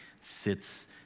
sits